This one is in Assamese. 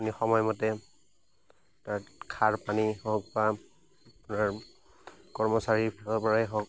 আপুনি সময়মতে তাত সাৰ পানী হওক বা আপোনাৰ কৰ্মচাৰীৰ ফালৰ পৰাই হওক